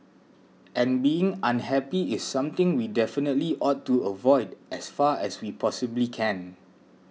and being unhappy is something we definitely ought to avoid as far as we possibly can